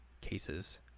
cases